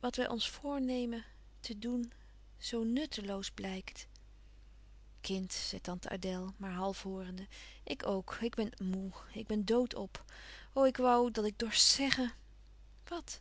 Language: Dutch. wat wij ons voornemen te doen zoo nutteloos blijkt kind zei tante adèle maar half hoorende ik ook ik ben moê ik ben dood-op o ik woû dat ik dorst zeggen wat